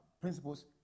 principles